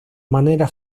manera